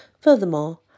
Furthermore